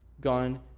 gone